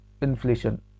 inflation